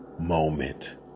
moment